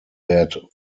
bad